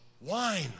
wine